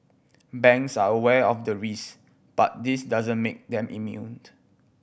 banks are aware of the risk but this doesn't make them immune